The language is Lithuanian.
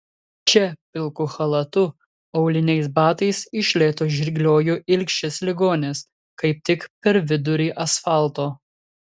čia pilku chalatu auliniais batais iš lėto žirgliojo ilgšis ligonis kaip tik per vidurį asfalto